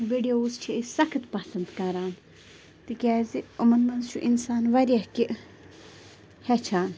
videos چھِ أسۍ سخت پسنٛد کران تِکیٛازِ یِمَن منٛز چھُ اِنسان واریاہ کیٚنہہ ہیٚچھان